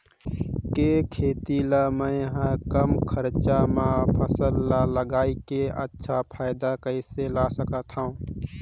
के खेती ला मै ह कम खरचा मा फसल ला लगई के अच्छा फायदा कइसे ला सकथव?